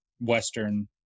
Western